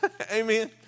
Amen